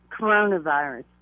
coronavirus